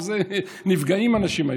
נפגעים אנשים.